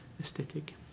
aesthetic